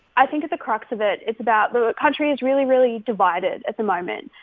i think at the crux of it, it's about the country is really, really divided at the moment,